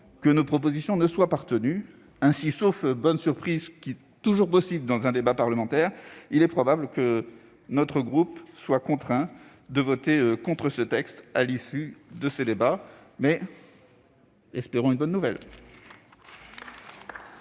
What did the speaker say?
que nos propositions ne soient pas retenues ... Ainsi, sauf bonne surprise- c'est toujours possible dans un débat parlementaire -, il est également probable que mon groupe soit contraint de voter contre ce texte, à l'issue de nos débats. Mais ... espérons une bonne nouvelle